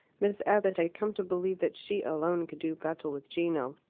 miss abbott had come to believe that she alone could do battle with gino,